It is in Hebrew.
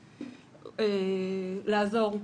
לעזור,